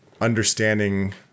understanding